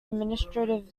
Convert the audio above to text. administrative